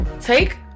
take